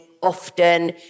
Often